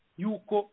yuko